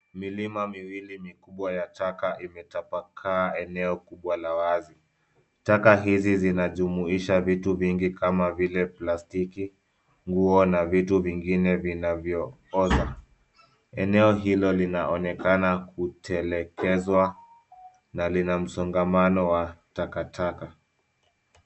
Milima miwili mikubwa ya taka imetapakaa eneo kubwa la wazi. Taka hizi zinajumuisha vitu vingi kama vile plastiki, nguo na vitu vingine vinavyooza. Eneo hilo linaonekana kutelekezwa na lina msongamano wa takataka.